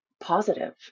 positive